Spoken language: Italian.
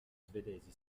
svedesi